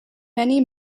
many